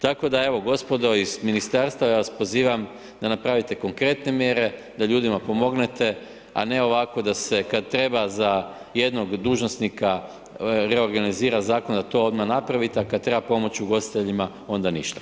Tako da evo, gospodo iz ministarstva ja vas pozivam da napravite konkretne mjere da ljudima pomognete, a ne ovako da se kad treba za jednog dužnosnika reorganizira zakon da to odmah napravite, a kad treba pomoć ugostiteljima onda ništa.